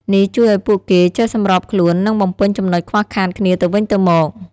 នេះជួយឱ្យពួកគេចេះសម្របខ្លួន និងបំពេញចំនុចខ្វះខាតគ្នាទៅវិញទៅមក។